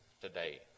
today